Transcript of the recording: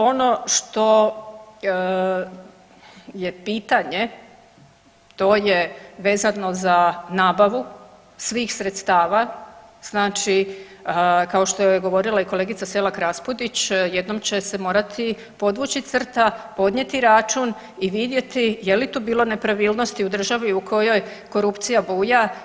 Ono što je pitanje to je vezano za nabavu svih sredstava, znači kao što je govorila i kolegica SElak RAspudić jednom će se morati podvući crta, podnijeti račun i vidjeti je li tu bilo nepravilnosti u državi u kojoj korupcija buja.